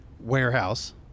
warehouse